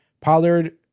Pollard